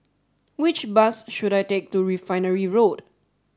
which bus should I take to Refinery Road